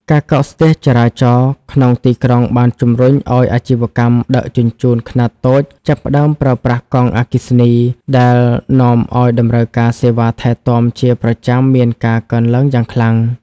ការកកស្ទះចរាចរណ៍ក្នុងទីក្រុងបានជំរុញឱ្យអាជីវកម្មដឹកជញ្ជូនខ្នាតតូចចាប់ផ្តើមប្រើប្រាស់កង់អគ្គិសនី ដែលនាំឱ្យតម្រូវការសេវាថែទាំជាប្រចាំមានការកើនឡើងយ៉ាងខ្លាំង។